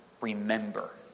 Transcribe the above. remember